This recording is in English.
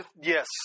yes